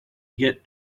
get